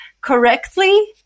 correctly